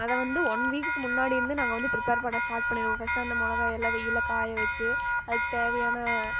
அதை வந்து ஒன் வீக்குக்கு முன்னாடி இருந்து நாங்கள் வந்து ப்ரிப்பர் பண்ண ஸ்டார்ட் பண்ணிவிடுவோம் ஃபர்ஸ்ட் அந்த மிளகா எல்லாம் வெயிலில் காயவச்சு அதுக்கு தேவையான